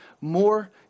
more